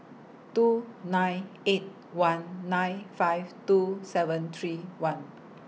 two nine eight one nine five two seven three one